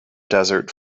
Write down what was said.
desert